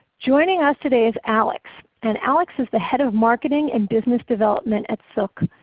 joining us today is alex. and alex is the head of marketing and business development at silk.